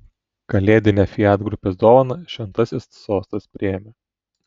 kalėdinę fiat grupės dovaną šventasis sostas priėmė